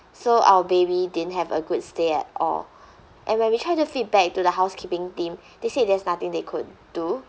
so our baby didn't have a good stay at all and when we try to feedback to the housekeeping team they said there's nothing they could do